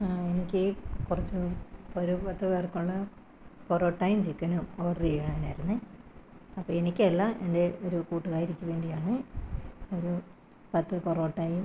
എനിക്ക് കുറച്ച് ഒരു പത്ത് പേർക്കുള്ള പൊറോട്ടയും ചിക്കനും ഓർഡർ ചെയ്യുവാനായിരുന്നേ അപ്പോൾ എനിക്ക് അല്ല എൻ്റെ ഒരു കൂട്ടുകാരിക്ക് വേണ്ടിയാണ് ഒരു പത്ത് പൊറോട്ടയും